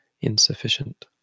insufficient